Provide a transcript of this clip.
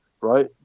right